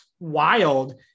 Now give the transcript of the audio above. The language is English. wild